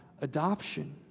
adoption